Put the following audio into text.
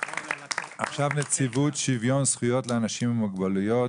עכשיו נציבות שוויון זכויות לאנשים עם מוגבלויות,